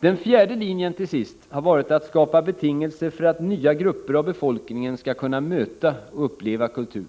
Den fjärde linjen, till sist, har varit att skapa betingelser för att nya grupper av befolkningen skall kunna möta och uppleva kultur.